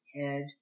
head